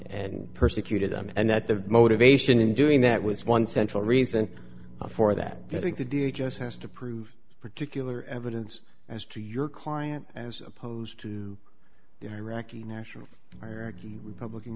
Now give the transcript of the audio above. and persecuted them and that the motivation in doing that was one central reason for that i think the da just has to prove particular evidence as to your client as opposed to the iraqi national republican